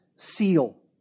Seal